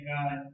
God